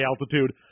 altitude